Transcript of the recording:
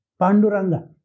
Panduranga